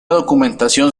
documentación